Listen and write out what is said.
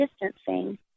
distancing